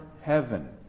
heaven